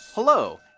Hello